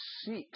seeks